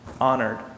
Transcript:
Honored